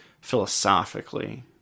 philosophically